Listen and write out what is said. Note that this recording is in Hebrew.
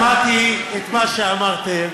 שמעתי את מה שאמרתם.